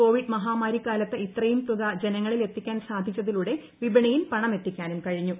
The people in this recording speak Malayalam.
കോവിഡ് മിഷാമാരിക്കാലത്ത് ഇത്രയും തുക ജനങ്ങളിൽ എത്തിക്കാൻ പ്രി സാധിച്ചതിലൂടെ വിപണിയിൽ പണമെത്തിക്കാനും കഴിഞ്ഞു